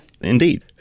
Indeed